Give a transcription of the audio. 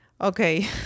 Okay